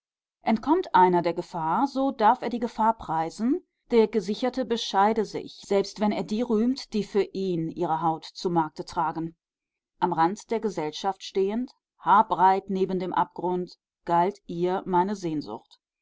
entkommt einer der gefahr so darf er die gefahr preisen der gesicherte bescheide sich selbst wenn er die rühmt die für ihn ihre haut zu markte tragen am rand der gesellschaft stehend haarbreit neben dem abgrund galt ihr meine sehnsucht